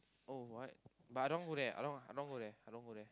oh what but I don't want go there I don't want I don't want go there I don't go there